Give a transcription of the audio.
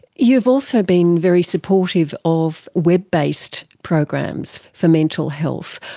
you've also been very supportive of web based programs for mental health.